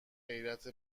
غیرت